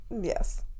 Yes